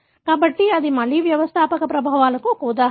కాబట్టి అది మళ్లీ వ్యవస్థాపక ప్రభావాలకు ఉదాహరణ